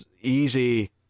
easy